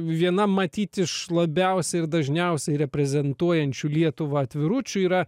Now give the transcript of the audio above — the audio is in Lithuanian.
viena matyt iš labiausiai ir dažniausiai reprezentuojančių lietuvą atviručių yra